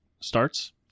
starts